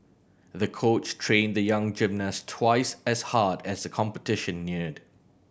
the coach trained the young gymnast twice as hard as the competition neared